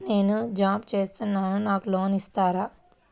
నేను జాబ్ చేస్తున్నాను నాకు లోన్ ఇస్తారా?